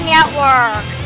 Network